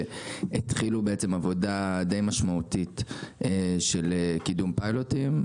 והתחילו עבודה די משמעותית של קידום פיילוטים.